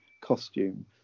costume